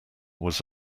was